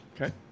Okay